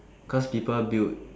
cause people build